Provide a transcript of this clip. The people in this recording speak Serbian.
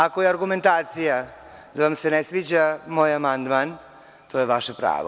Ako je argumentacija da vam se ne sviđa moj amandman, to je vaše pravo.